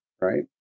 right